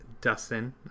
Dustin